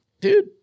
dude